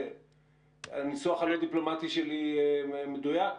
הניסוח הלא דיפלומטי שלי מדויק?